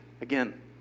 Again